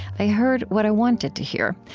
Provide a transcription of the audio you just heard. i heard what i wanted to hear,